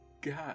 God